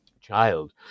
child